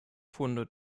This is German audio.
funde